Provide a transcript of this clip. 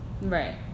Right